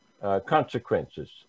consequences